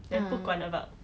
ah